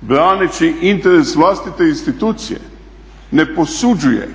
braneći interes vlastite institucije ne posuđuje